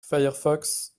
firefox